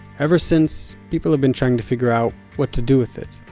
ever since, people have been trying to figure out what to do with it.